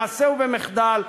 במעשה ובמחדל,